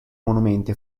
monumenti